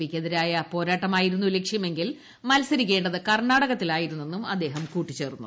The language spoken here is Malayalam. പിക്കെതിരായ പോരാട്ടമായിരുന്നു ലക്ഷ്യമെങ്കിൽ മത്സരിക്കേണ്ടത് കർണാടകത്തിൽ ആയിരുന്നെന്നും അദ്ദേഹം കൂട്ടിച്ചേർത്തു